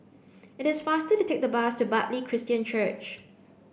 it is faster to take the bus to Bartley Christian Church